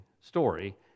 story